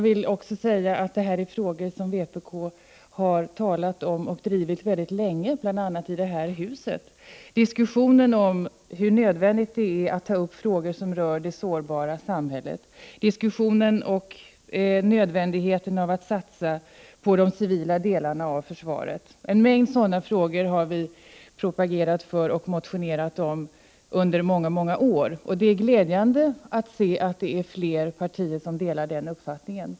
Det handlar om frågor som vpk talat om och drivit mycket länge, bl.a. i riksdagen, en diskussion om hur nödvändigt det är att ta upp frågor som rör det sårbara samhället, en diskussion om nödvändigheten av att satsa på de civila delarna av försvaret. En mängd sådana frågor har vi propagerat för och motionerat om under många år. Det är glädjande att se att fler partier delar den uppfattningen.